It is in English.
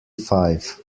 five